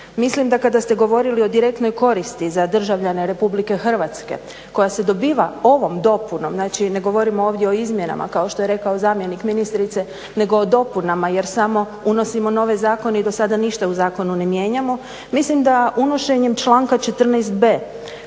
Mislim da kada ste govorili o direktnoj koristi za državljane RH koje se dobiva ovom dopunom, znači ne govorimo ovdje o izmjenama kao što je rekao zamjenik ministrice nego o dopunama jer samo unosimo nove zakone i do sada ništa u zakonu ne mijenjamo, mislim da unošenjem članka 14.b